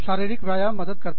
शारीरिक व्यायाम मदद करता है